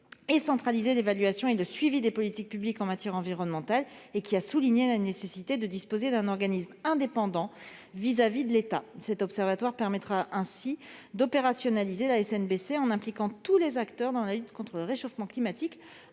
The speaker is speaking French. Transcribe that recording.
de centraliser l'évaluation et le suivi des politiques publiques en matière environnementale et qui a souligné la nécessité de disposer d'un organisme indépendant à l'égard de l'État. Cet observatoire permettra d'opérationnaliser la SNBC, en impliquant tous les acteurs dans la lutte contre le réchauffement climatique